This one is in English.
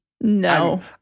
No